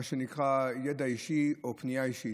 מה שנקרא מידע אישי או פנייה אישית.